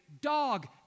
Dog